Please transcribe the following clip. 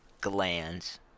glands